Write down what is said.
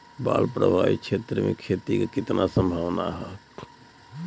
बाढ़ प्रभावित क्षेत्र में खेती क कितना सम्भावना हैं?